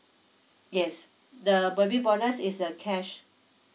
yes the baby bonus is the cash